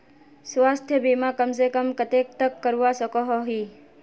स्वास्थ्य बीमा कम से कम कतेक तक करवा सकोहो ही?